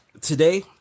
Today